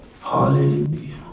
Hallelujah